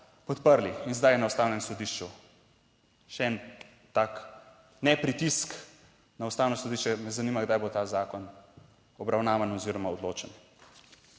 podprli. In zdaj je na Ustavnem sodišču. Še en tak ne pritisk na Ustavno sodišče, me zanima kdaj bo ta zakon obravnavan oziroma odločen.